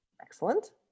Excellent